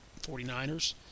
49ers